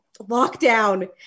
lockdown